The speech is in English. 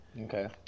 Okay